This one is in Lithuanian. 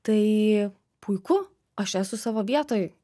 tai puiku aš esu savo vietoj